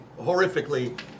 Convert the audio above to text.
horrifically